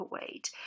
weight